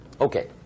Okay